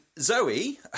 Zoe